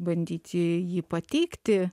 bandyti jį pateikti